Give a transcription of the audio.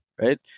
right